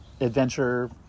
adventure